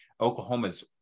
Oklahoma's